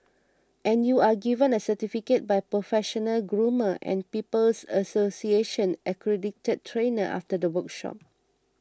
and you are given a certificate by professional groomer and People's Association accredited trainer after the workshop